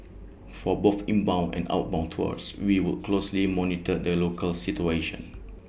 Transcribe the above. for both inbound and outbound tours we will closely monitor the local situation